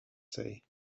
say